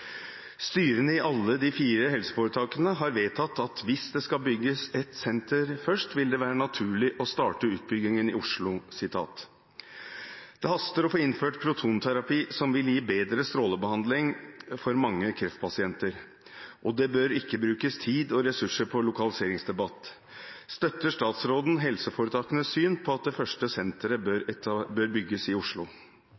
Styrene i alle de fire helseforetakene har vedtatt at hvis det skal bygges et senter, «vil det være naturlig å starte utbyggingen i Oslo». Det haster å få innført protonterapi som vil gi bedre strålebehandling for mange kreftpasienter, og det bør ikke brukes tid og ressurser på lokaliseringsdebatt. Støtter statsråden helseforetakenes syn på at det første senteret bør